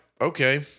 okay